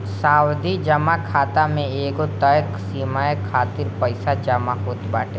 सावधि जमा खाता में एगो तय समय खातिर पईसा जमा होत बाटे